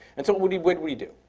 and so what did we do?